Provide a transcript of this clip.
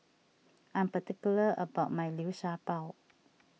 I am particular about my Liu Sha Bao